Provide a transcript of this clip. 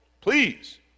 Please